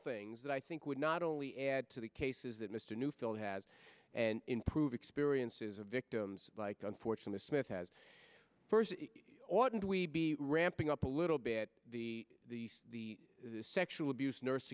things that i think would not only add to the cases that mr newfield has and improve experiences of victims like unfortunately smith has first oughtn't we be ramping up a little bit the the sexual abuse nurse